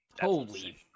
holy